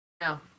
No